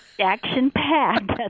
Action-packed